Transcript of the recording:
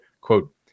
quote